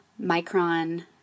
micron